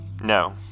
No